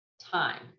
time